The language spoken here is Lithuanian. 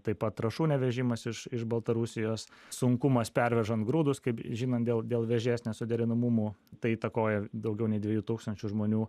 taip pat trąšų nevežimas iš iš baltarusijos sunkumas pervežant grūdus kaip žinom dėl dėl vėžės nesuderinamumų tai įtakoja daugiau nei dviejų tūkstančių žmonių